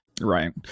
Right